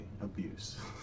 Abuse